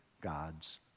God's